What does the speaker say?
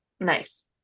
Nice